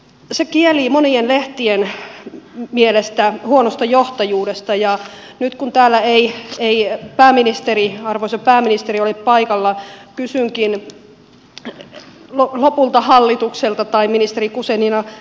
se kielii monien lehtien mielestä huonosta johtajuudesta ja nyt kun täällä ei arvoisa pääministeri ole paikalla kysynkin lopulta hallitukselta tai ministeri guzenina richardsonilta